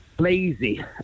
Lazy